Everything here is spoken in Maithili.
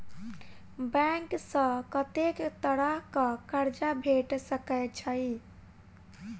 बैंक सऽ कत्तेक तरह कऽ कर्जा भेट सकय छई?